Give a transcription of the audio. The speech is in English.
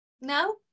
No